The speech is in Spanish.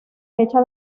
fecha